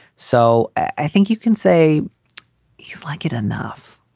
so i think you can say he's like it enough.